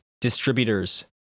distributors